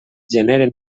generen